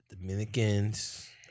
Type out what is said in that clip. Dominicans